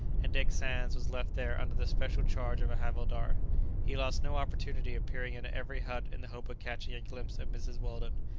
and dick sands was left there under the special charge of a havildar he lost no opportunity of peering into every hut in the hope of catching a glimpse of mrs. weldon,